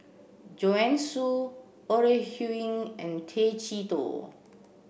Joanne Soo Ore Huiying and Tay Chee Toh